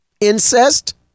incest